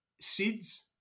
seeds